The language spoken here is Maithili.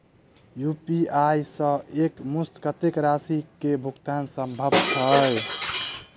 यु.पी.आई सऽ एक मुस्त कत्तेक राशि कऽ भुगतान सम्भव छई?